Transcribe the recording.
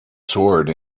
sword